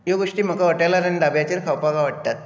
ह्यो गोश्टी म्हाका हॉटेलार आनी धाब्याचेर खावपाक आवडटात